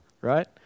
right